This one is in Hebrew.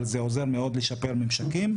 אבל זה עוזר מאוד לשפר ממשקים.